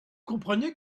comprenez